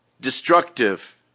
destructive